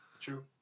true